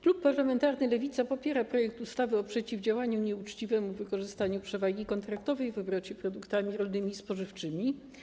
Klub parlamentarny Lewica popiera projekt ustawy o przeciwdziałaniu nieuczciwemu wykorzystywaniu przewagi kontraktowej w obrocie produktami rolnymi i spożywczymi.